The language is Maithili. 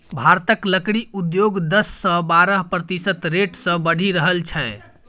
भारतक लकड़ी उद्योग दस सँ बारह प्रतिशत रेट सँ बढ़ि रहल छै